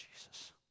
Jesus